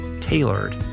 tailored